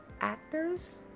actors